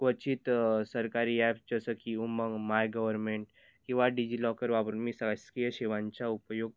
क्वचित सरकारी ॲप्स जसं की उमंग माय गव्हर्नमेंट किंवा डिजिलॉकर वापरून मी शासकीय सेवांचा उपयोग